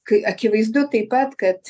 kai akivaizdu taip pat kad